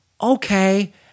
okay